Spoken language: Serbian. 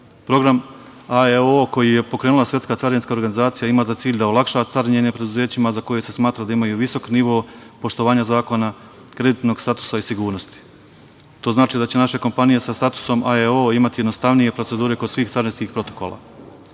AEO, koji je pokrenula Svetska carinska organizacija, ima za cilj da olakša carinjenje preduzećima za koja se smatra da imaju visok nivo poštovanja zakona kreditnog statusa i sigurnosti. To znači da će naše kompanije sa statusom AEO imati jednostavnije procedure kod svih carinskih protokola. Kina